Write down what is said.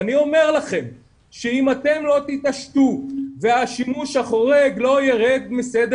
ואני אומר לכם שאם אתם לא תתעשתו והשימוש החורג לא יירד מסדר